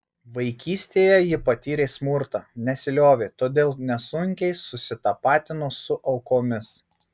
vaikystėje ji patyrė smurtą nesiliovė todėl nesunkiai susitapatino su aukomis